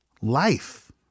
life